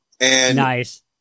Nice